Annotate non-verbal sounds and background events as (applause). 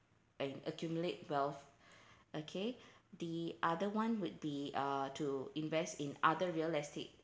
and accumulate wealth (breath) okay the other one would be uh to invest in other real estate